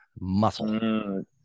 Muscle